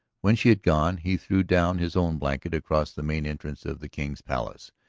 when she had gone, he threw down his own blanket across the main entrance of the king's palace,